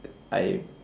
I